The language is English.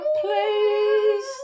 please